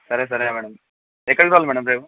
సరే సరే మేడం ఎక్కడికి రావాలి మేడం రేపు